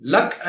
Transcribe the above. Luck